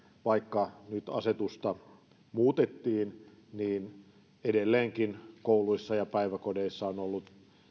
vaikka asetusta nyt muutettiin niin edelleenkin kouluissa ja päiväkodeissa ovat olleet